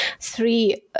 three